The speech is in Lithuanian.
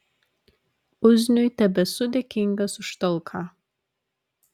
uzniui tebesu dėkingas už talką